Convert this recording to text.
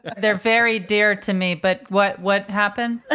they're very dear to me. but what what happened? ah